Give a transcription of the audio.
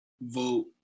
vote